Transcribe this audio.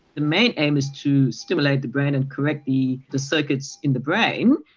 the main aim is to stimulate the brain and correct the the circuits in the brain,